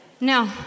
No